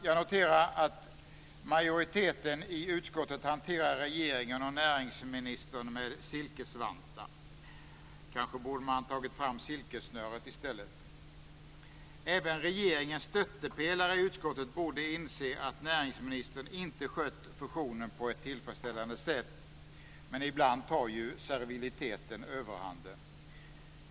Jag noterar att majoriteten i utskottet hanterar regeringen och näringsministern med silkesvantar. Kanske borde man ha tagit fram silkessnöret i stället. Även regeringens stöttepelare i utskottet borde inse att näringsministern inte skött fusionen på ett tillfredsställande sätt, men ibland tar serviliteten överhanden.